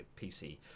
PC